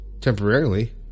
Temporarily